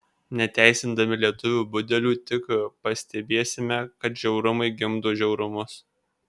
neteisindami lietuvių budelių tik pastebėsime kad žiaurumai gimdo žiaurumus